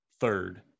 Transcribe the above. Third